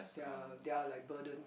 they are they are like burden